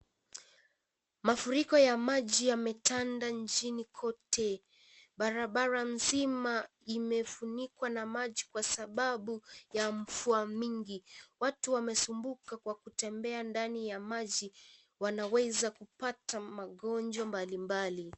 Mafuriko ya maji yametanda nchini kote. Barabara nzima imefunikwa na maji kwa sababu ya mvua nyingi. Watu wamesumbuka kwa kutembea ndani ya maji, wanaweza kupata magonjwa mbalimbali.